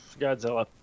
godzilla